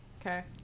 Okay